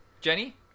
Jenny